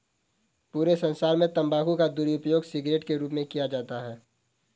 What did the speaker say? पूरे संसार में तम्बाकू का दुरूपयोग सिगरेट के रूप में किया जाता है